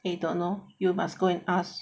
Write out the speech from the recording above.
you don't know you must go and ask